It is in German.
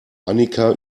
annika